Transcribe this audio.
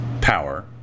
power